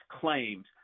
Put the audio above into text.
claims